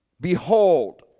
Behold